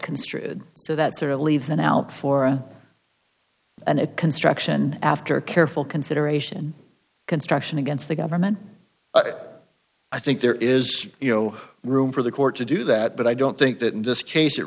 construed so that sort of leaves an out for a and it construction after careful consideration construction against the government i think there is no room for the court to do that but i don't think that in this case it